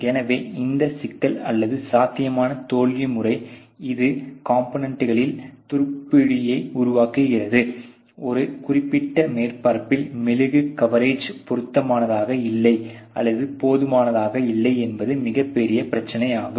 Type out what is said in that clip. எனவே எந்த சிக்கல் அல்லது சாத்தியமான தோல்வி முறை இது காம்போனெண்ட்களின் துருபிடிப்பை உருவாக்குகிறது ஒரு குறிப்பிட்ட மேற்பரப்பில் மெழுகு கவரேஜ் பொருத்தமானதாக இல்லை அல்லது போதுமானதாக இல்லை என்பது மிகப் பெரிய பிரச்சனை ஆகும்